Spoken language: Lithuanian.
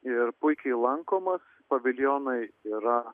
ir puikiai lankomas paviljonai yra